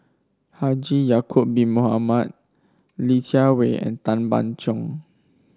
Haji Ya'acob Bin Mohamed Li Jiawei and Tan Ban Soon